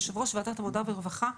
יושב-ראש ועדת העבודה והרווחה,